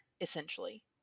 essentially